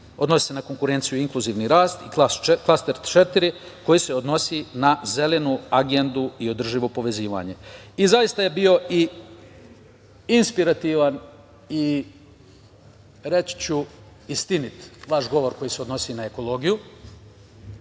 odnosi se na konkurenciju i inkluzivni rast i Klaster 4, koji se odnosi na Zelenu agendu i održivo povezivanje. Zaista je bio inspirativan i, reći ću, istinit vaš govor koji se odnosi na ekologiju.